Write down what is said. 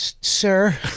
Sir